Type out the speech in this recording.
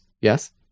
yes